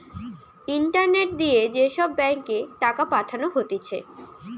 internet দিয়ে যে সব ব্যাঙ্ক এ টাকা পাঠানো হতিছে